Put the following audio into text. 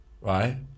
right